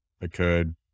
occurred